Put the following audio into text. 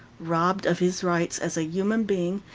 robbed of his rights as a human being,